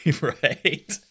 Right